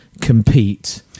compete